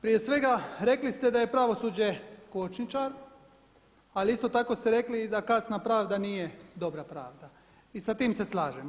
Prije svega rekli ste da je pravosuđe kočničar ali isto tako ste rekli i da kasna pravda nije dobra pravda i sa tim se slažemo.